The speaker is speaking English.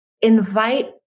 invite